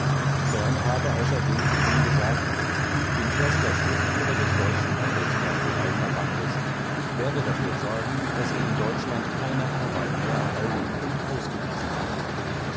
berndt habe außerdem zu ihm gesagt ich bin erster schriftführer des deutschen handelsgärtnerei verbandes ich werde dafür sorgen daß sie in deutschland keine arbeit mehr erhalten und ausgewiesen werden